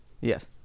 yes